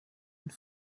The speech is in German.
und